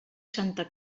santa